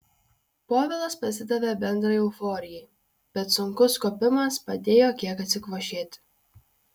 povilas pasidavė bendrai euforijai bet sunkus kopimas padėjo kiek atsikvošėti